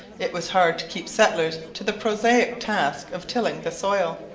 it was hard to keep settlers to the prosaic task of tilling the soil.